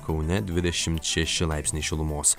kaune dvidešimt šeši laipsniai šilumos